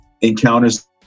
encounters